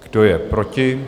Kdo je proti?